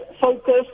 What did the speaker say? focus